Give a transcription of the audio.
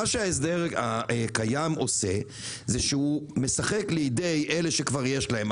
מה שההסדר הקיים עושה זה שהוא משחק לידי אלה שכבר יש להם,